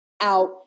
out